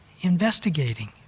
investigating